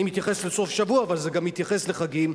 אני מתייחס לסוף שבוע, אבל זה מתייחס גם לחגים,